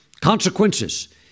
consequences